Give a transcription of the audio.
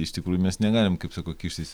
iš tikrųjų mes negalim kaip sakau kištis